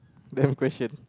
damn question